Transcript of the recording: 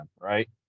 right